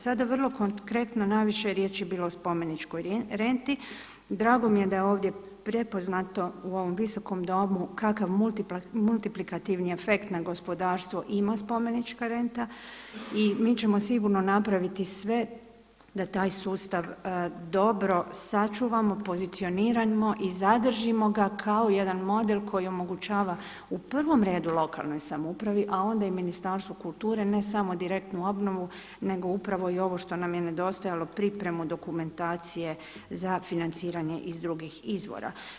Sada vrlo konkretno najviše je riječi bilo o spomeničkoj renti, drago mi je da je ovdje prepoznato u ovom Visokom domu kakav multiplikativni afekt na gospodarstvo ima spomenička renta i mi ćemo sigurno napraviti sve da taj sustav dobro sačuvamo, pozicioniramo i zadržimo ga kao jedan model koji omogućava u prvom redu lokalnoj samoupravi a onda i Ministarstvu kulture ne samo direktnu obnovu nego upravo i ovo što nam je nedostajalo pripremu dokumentacije za financiranje iz drugih izvora.